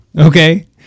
Okay